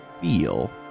feel